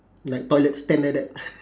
like toilet stand like that